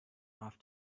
off